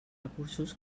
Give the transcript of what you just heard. recursos